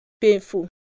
painful